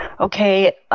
Okay